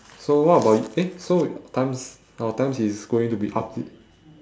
so what about y~ eh so times our times is going to be up